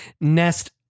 nest